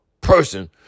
person